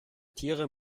tiere